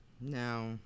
No